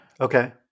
Okay